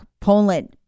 Poland